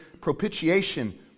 propitiation